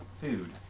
food